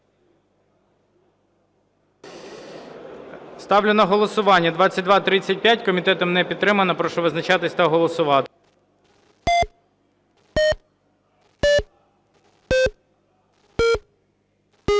Ставлю на голосування 2265. Комітетом не підтримана. Прошу визначатися та голосувати.